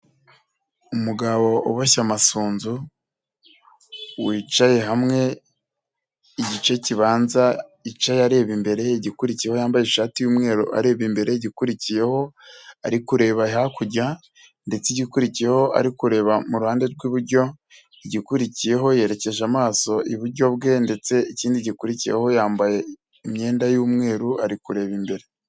Umugabo uboshye amasunzu wicaye hamwe igice kibanza yicaye areba imbere, igikurikiyeho yambaye ishati y'umweru areba imbere, igikurikiyeho ari kureba hakurya ndetse igikurikiyeho ariko reba mu ruhande rw'iburyo, igikurikiyeho yerekeje amaso iburyo bwe ndetse ikindi gikurikiyeho yambaye imyenda y'umweru ari kureba imbere.